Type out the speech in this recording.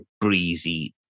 breezy